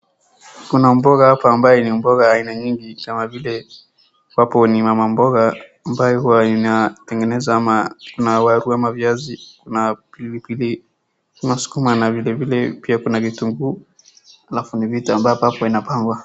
Kuna mboga hapa ambayo ni mboga aina nyingi kama vile hapo ni mama mboga ambayo huwa inatengeneza ama kuna waru[ca] ama viazi, kuna pilipili, kuna sukuma na vile vile pia kuna kitunguu alafu ni vitu ambapo hapo inapangwa.